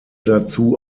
dazu